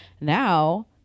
Now